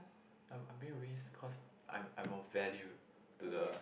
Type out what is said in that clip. I'm I'm being raise because I'm I'm of value to the